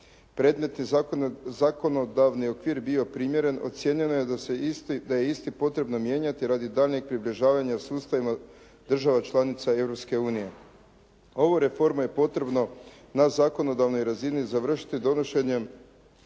predmet je zakonodavni okvir bio primjeren ocijenila je da isti potrebno mijenjati radi daljnjeg približavanja sustavima država članica Europske unije. Ovu reformu je potrebno na zakonodavnoj razini završiti donošenjem